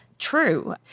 true